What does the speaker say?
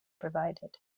provided